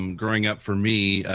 and growing up, for me,